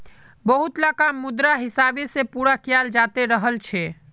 बहुतला काम मुद्रार हिसाब से पूरा कियाल जाते रहल छे